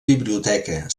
biblioteca